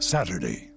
Saturday